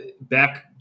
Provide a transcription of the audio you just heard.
back